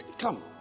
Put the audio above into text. come